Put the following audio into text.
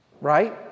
right